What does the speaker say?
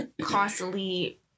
constantly